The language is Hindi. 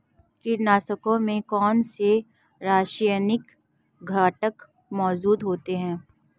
कीटनाशकों में कौनसे रासायनिक घटक मौजूद होते हैं?